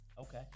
Okay